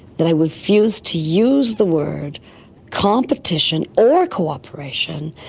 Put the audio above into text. that i refuse to use the word competition or corporation,